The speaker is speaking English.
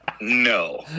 No